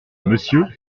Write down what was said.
monsieur